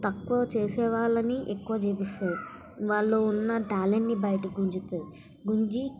తక్కువ చేసే వాళ్ళని ఎక్కువ చేపిస్తుంది వాళ్ళు ఉన్న టాలెంట్ని బయటకి గుంజుతుంది గుంజి